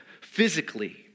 Physically